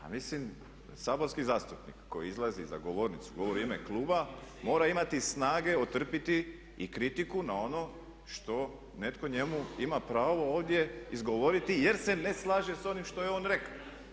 Pa mislim, saborski zastupnik koji izlazi za govornicu, govori u ime kluba mora imati snage otrpiti i kritiku na ono što netko njemu ima pravo ovdje izgovoriti jer se ne slaže sa onim što je on rekao.